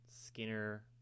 skinner